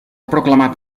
proclamat